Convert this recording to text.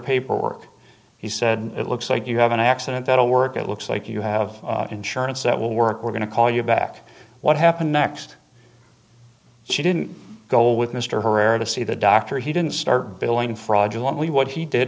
paperwork he said it looks like you have an accident that'll work it looks like you have insurance that will work we're going to call you back what happened next she didn't go with mr herrera to see the doctor he didn't start billing fraudulently what he did